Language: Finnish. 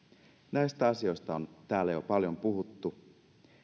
näistä asioista on täällä jo paljon puhuttu